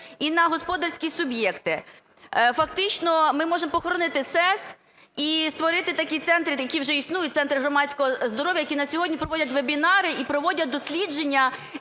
і на господарські суб'єкти. Фактично ми можемо похоронити СЕС і створити такі центри, які вже існують – центри громадського здоров'я. Який на сьогодні проводять вебінари і проводять дослідження